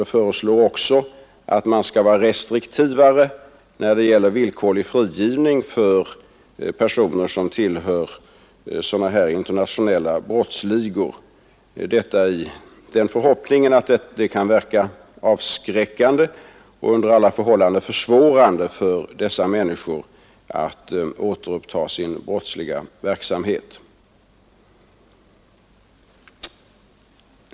Det föreslås också att man skall vara restriktivare när det gäller villkorlig frigivning av personer tillhörande internationella brottsligor i förhoppningen att detta skall verka avskräckande, under alla förhållanden försvårande för dessa människor att senare återuppta sin brottsliga verksamhet.